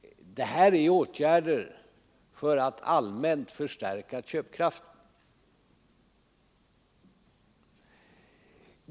Det här är åtgärder för att allmänt förstärka köpkraften.